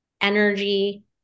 energy